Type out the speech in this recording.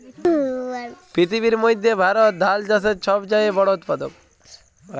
পিথিবীর মইধ্যে ভারত ধাল চাষের ছব চাঁয়ে বড় উৎপাদক